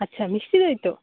আচ্ছা মিষ্টি দই তো